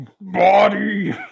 body